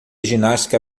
ginástica